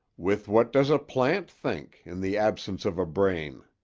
with what does a plant think in the absence of a brain?